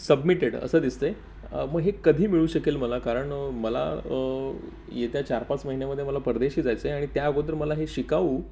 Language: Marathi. सबमिटेड असं दिसत आहे मग हे कधी मिळू शकेल मला कारण मला येत्या चार पाच महिन्यामध्ये मला परदेशी जायचं आहे आणि त्या अगोदर मला हे शिकाऊ